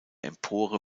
empore